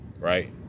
right